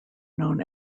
known